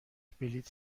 بلیط